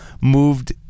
moved